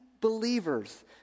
believers